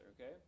okay